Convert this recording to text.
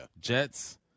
Jets